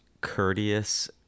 courteous